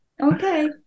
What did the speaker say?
okay